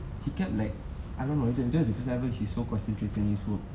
he kept like I don't know that is first ever he so concerntrating with his work